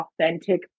authentic